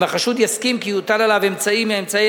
אם החשוד יסכים כי יוטל עליו אמצעי מאמצעי